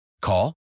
Call